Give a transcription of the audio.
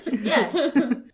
Yes